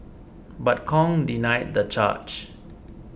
but Kong denied the charge